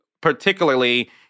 particularly